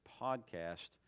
podcast